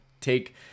take